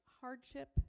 hardship